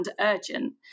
urgent